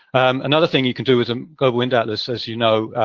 another thing you can do with the global wind atlas, as you know,